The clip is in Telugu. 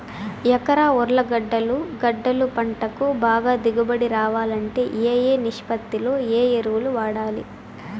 ఎకరా ఉర్లగడ్డలు గడ్డలు పంటకు బాగా దిగుబడి రావాలంటే ఏ ఏ నిష్పత్తిలో ఏ ఎరువులు వాడాలి?